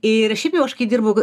ir šiaip jau aš kai dirbu